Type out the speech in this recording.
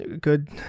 good